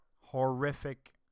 Horrific